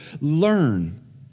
learn